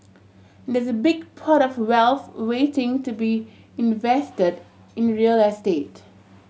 there's a big pot of wealth waiting to be invested in real estate